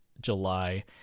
July